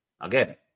Again